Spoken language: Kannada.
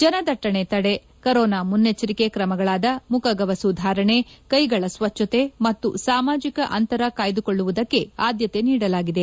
ಜನದಟ್ಟಣೆ ತದೆ ಕೊರೊನಾ ಮುನ್ನೆಚ್ಚರಿಕೆ ಕ್ರಮಗಳಾದ ಮುಖಗವಸ ಧಾರಣೆ ಕೈಗಳ ಸ್ವಚ್ಚತೆ ಮತ್ತು ಸಾಮಾಜಿಕ ಅಂತರ ಕಾಯ್ದುಕೊಳ್ಳುವುದಕ್ಕೆ ಆದ್ಯತೆ ನೀಡಲಾಗಿದೆ